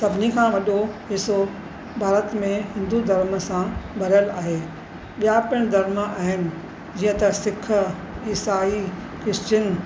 सभिनी खां वॾो हिस्सो भारत में हिंदू धर्म सां भरियलु आहे ॿिया पिणु धर्म आहिनि जीअं त सिख ईसाई क्रिश्चन